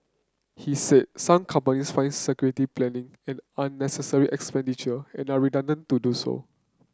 he said some companies find security planning an unnecessary expenditure and are reluctant to do so